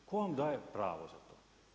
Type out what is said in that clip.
Tko vam daje pravo za to?